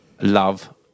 love